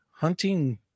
Hunting